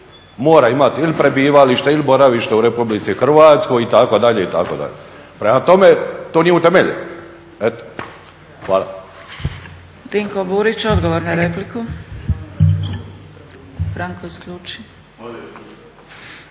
mora imati ili prebivalište ili boravište u RH, itd., itd. Prema tome, to nije utemeljeno. Eto. Hvala.